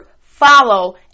follow